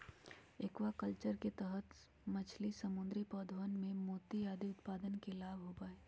aquaculture के तहद मछली, समुद्री पौधवन एवं मोती आदि उत्पादन के लाभ होबा हई